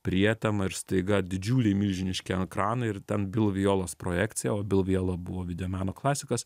prietema ir staiga didžiuliai milžiniški ekranai ir ten bilviolos projekcija o bilviola buvo videomeno klasikas